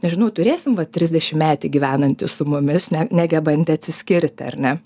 nežinau turėsim vat trisdešimtmetį gyvenanti su mumis ne negebantį atsiskirti ar ne